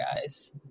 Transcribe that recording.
guys